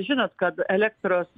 žinot kad elektros